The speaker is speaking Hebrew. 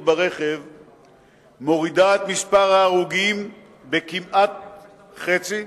ברכב מורידה את מספר ההרוגים בכמעט חצי,